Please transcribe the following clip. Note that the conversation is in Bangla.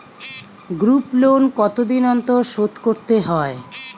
গ্রুপলোন কতদিন অন্তর শোধকরতে হয়?